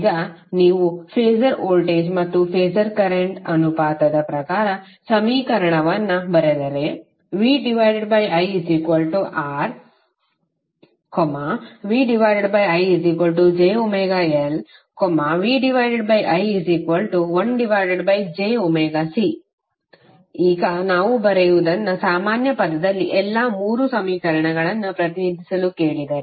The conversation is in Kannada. ಈಗ ನೀವು ಫಾಸರ್ ವೋಲ್ಟೇಜ್ ಮತ್ತು ಫಾಸರ್ ಕರೆಂಟ್ ಅನುಪಾತದ ಪ್ರಕಾರ ಸಮೀಕರಣವನ್ನು ಬರೆದರೆ VIRVIjωLVI1jωC ಈಗ ನಾವು ಬರೆಯುವದನ್ನು ಸಾಮಾನ್ಯ ಪದದಲ್ಲಿ ಎಲ್ಲಾ ಮೂರು ಸಮೀಕರಣಗಳನ್ನು ಪ್ರತಿನಿಧಿಸಲು ಕೇಳಿದರೆ